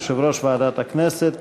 יושב-ראש ועדת הכנסת,